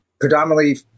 predominantly